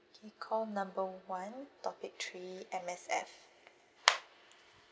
K call number one topic three M_S_F